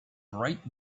bright